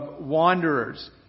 wanderers